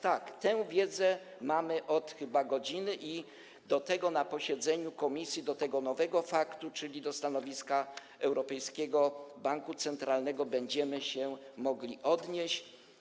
Tak, tę wiedzę mamy od chyba godziny i na posiedzeniu komisji do tego nowego faktu, czyli do stanowiska Europejskiego Banku Centralnego, będziemy się mogli odnieść.